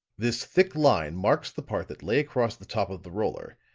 this thick line marks the part that lay across the top of the roller,